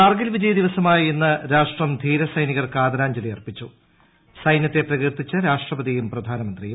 കാർഗിൽ വിജയ ദിവസമായ ഇന്ന് രാഷ്ട്രം ധീര സൈനികർക്ക് ആദരാഞ്ജലി അർപ്പിച്ചു സൈന്യത്തെ പ്രകീർത്തിച്ച് രാപ്രഷ്ടപതിയും പ്രധാനമന്ത്രിയും